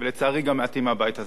ולצערי גם מעטים מהבית הזה.